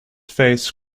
face